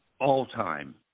all-time